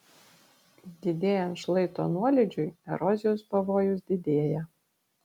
didėjant šlaito nuolydžiui erozijos pavojus didėja